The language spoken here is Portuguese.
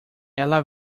ela